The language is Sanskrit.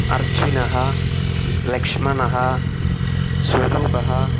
अर्जुनः लक्ष्मणः स्वरूपः